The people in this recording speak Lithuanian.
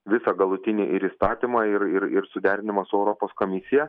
visą galutinį ir įstatymą ir ir ir suderinimą su europos komisija